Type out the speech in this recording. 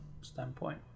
standpoint